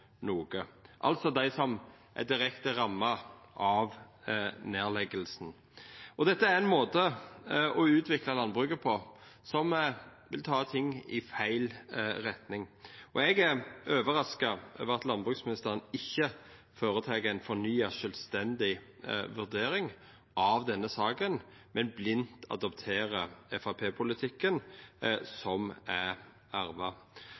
måte å utvikla landbruket på som vil ta ting i feil retning. Eg er overraska over at landbruksministeren ikkje føretek ei fornya, sjølvstendig vurdering av denne saka, men blindt adopterer Framstegsparti-politikken som er arva.